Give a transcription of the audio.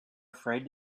afraid